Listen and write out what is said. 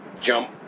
jump